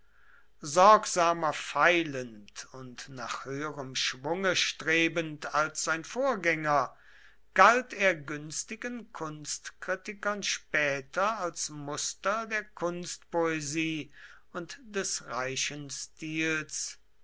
sorgsamer feilend und nach höherem schwunge strebend als sein vorgänger galt er günstigen kunstkritikern später als muster der kunstpoesie und des reichen stils